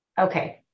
okay